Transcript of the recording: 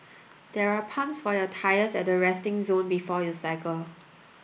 there are pumps for your tyres at the resting zone before you cycle